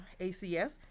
ACS